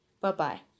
Bye-bye